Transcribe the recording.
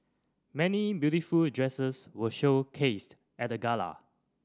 many beautiful dresses were showcased at the gala